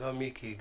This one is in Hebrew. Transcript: גם מיקי,